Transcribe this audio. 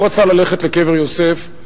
הוא רצה ללכת לקבר יוסף.